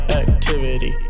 activity